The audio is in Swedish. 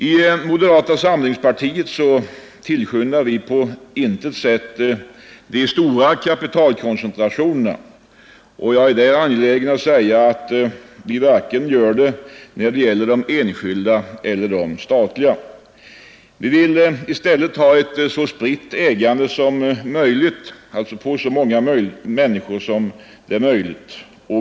I moderata samlingspartiet tillskyndar vi inte på något sätt de stora kapitalkoncentrationerna. Jag är angelägen att tillfoga att vi inte gör det vare sig när det gäller de enskilda eller de statliga. Vi vill i stället ha ett så spritt ägande som möjligt.